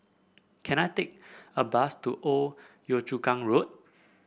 can I take a bus to Old Yio Chu Kang Road